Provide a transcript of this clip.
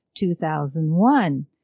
2001